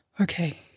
okay